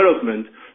development